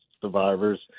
survivors